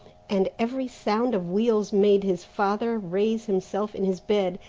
and every sound of wheels made his father raise himself in his bed,